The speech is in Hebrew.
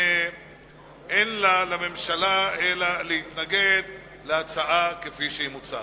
אין לה לממשלה אלא להתנגד להצעה כפי שהיא מוצעת.